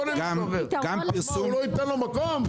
מה הוא לא ייתן לאסם מקום?